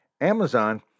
Amazon